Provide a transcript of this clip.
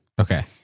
Okay